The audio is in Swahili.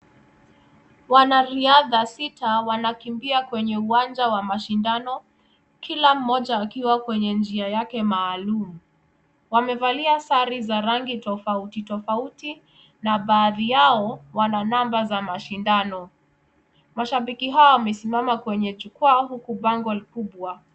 Wanariadha sita wanakimbia kwenye uwanja wa mashindano kila mmoja akiwa kwenye njia yake maalum. Wamevalia sare za rangi tofauti tofauti na baadhi yao wana namba za mashindano. Mashabiki hawa wamesimama kwenye jukwaa huku bango likubwa.